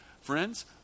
friends